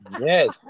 yes